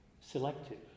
selective